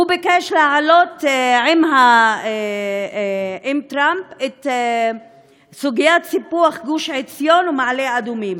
הוא ביקש להעלות עם טראמפ את סוגיית סיפוח גוש-עציון ומעלה-אדומים,